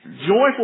joyful